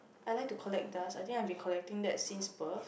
I like to collect dust I think I will be collecting that since birth